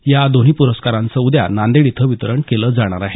या दोन्ही पुरस्कारांचं उद्या नांदेड इथं वितरण केलं जाणार आहे